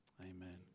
Amen